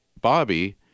Bobby